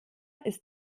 ist